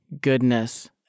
goodness